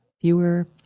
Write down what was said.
fewer